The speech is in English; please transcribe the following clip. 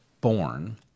born